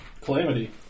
Calamity